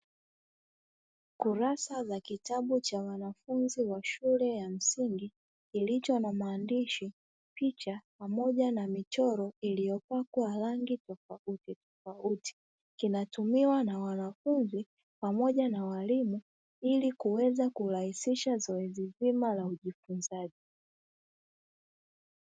Kurasa za kitabu cha wanafunzi wa shule ya msingi kilicho na maandishi, picha pamoja na michoro iliyopakwa rangi tofautitofauti. Kinatumiwa na wanafunzi pamoja na walimu ilikuweza kurahisisha zoezi zima la ujifunzaji.